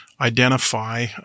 identify